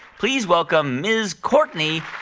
please welcome ms. courtney,